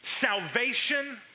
salvation